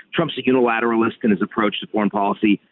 trump's unilateralist and his approach to foreign policy,